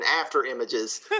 after-images